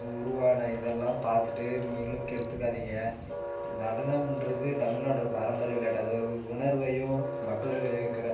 உருவான இதெல்லாம் பார்த்துட்டு நீங்களும் கெடுத்துக்காதீங்க நடனம்கிறது தமிழ்நாடோட பாரம்பரிய விளையாட்டு அதோட உணர்வையும் மக்களிடையே இருக்கிற